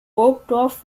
burgdorf